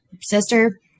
sister